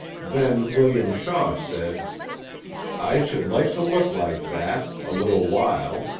then william shaw said i should like to look like that a little while